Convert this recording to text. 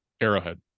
Arrowhead